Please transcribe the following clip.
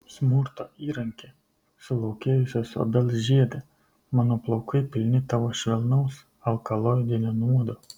smurto įranki sulaukėjusios obels žiede mano plaukai pilni tavo švelnaus alkaloidinio nuodo